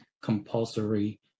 compulsory